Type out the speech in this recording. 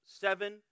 Seven